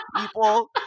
people